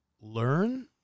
learn